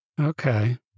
Okay